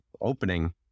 opening